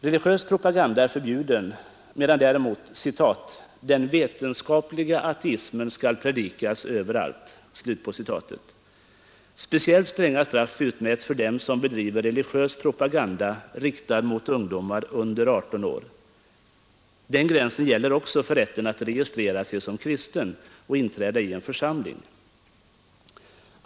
Religiös propaganda är förbjuden, medan däremot ”den vetenskapliga ateismen skall predikas överallt”. Speciellt stränga straff utmäts för dem som bedriver religiös propaganda riktad mot ungdomar under 18 år. Denna gräns gäller också för rätten att registrera sig som kristen och inträda i en församling.